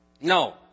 No